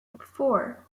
four